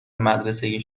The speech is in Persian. مدرسه